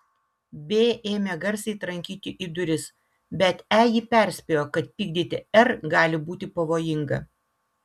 b ėmė garsiai trankyti į duris bet e jį perspėjo kad pykdyti r gali būti pavojinga